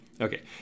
Okay